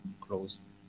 close